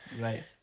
Right